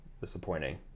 disappointing